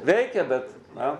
veikia bet na